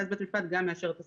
ואז בית המשפט גם מאשר את הסכום.